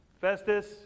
Festus